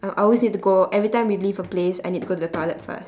I always need to go every time we leave a place I need to go to the toilet first